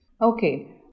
Okay